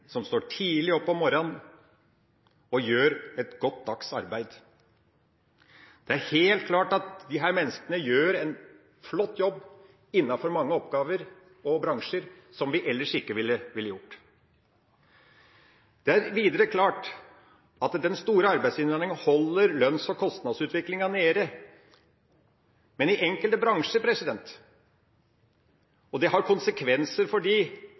som står tidlig opp om morgenen og gjør et godt dagsarbeid. Det er helt klart at disse menneskene gjør en flott jobb innenfor mange bransjer, som vi ellers ikke ville fått gjort. Det er videre klart at den store arbeidsinnvandringa holder lønns- og kostnadsutviklinga nede i enkelte bransjer, og det har konsekvenser for de